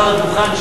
עלה על הדוכן,